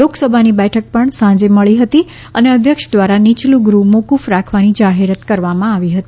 લોકસભાની બેઠક પણ સાંજે મળી હતી અને અધ્યક્ષ દ્વારા નીચલું ગૃહ મોકૂફ રાખવાની જાહેરાત કરવામાં આવી હતી